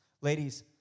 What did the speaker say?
Ladies